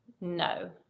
no